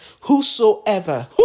Whosoever